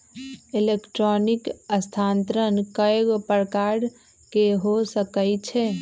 electronic स्थानान्तरण कएगो प्रकार के हो सकइ छै